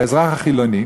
לאזרח החילוני,